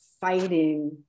fighting